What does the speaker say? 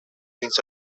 means